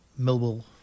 Millwall